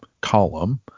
column